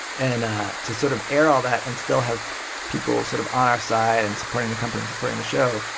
and to sort of air all that and still have people sort of on our side and supporting the company and supporting the show,